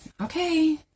okay